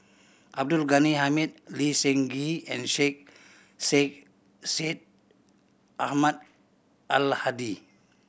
Abdul Ghani Hamid Lee Seng Gee and Sheikh Syed Syed Ahmad Al Hadi